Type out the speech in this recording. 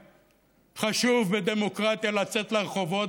מקיאוולי, הם מוריו של מקיאוולי.